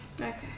Okay